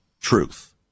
truth